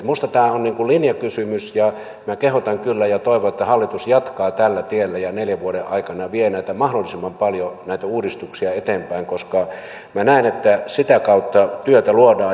minusta tämä on linjakysymys ja minä kehotan kyllä ja toivon että hallitus jatkaa tällä tiellä ja neljän vuoden aikana vie mahdollisimman paljon näitä uudistuksia eteenpäin koska minä näen että sitä kautta työtä luodaan